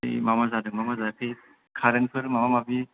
बे मा मा जादों मा मा जायाखै खारेन्टफोर माबा माबि